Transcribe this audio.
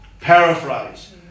paraphrase